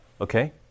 Okay